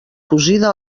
cosida